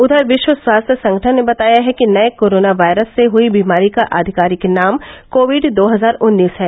उधर विश्व स्वास्थ्य संगठन ने बताया है कि नये कोरोना वायरस से हई बीमारी का आधिकारिक नाम कोविड दो हजार उन्नीस है